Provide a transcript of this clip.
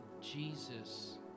Jesus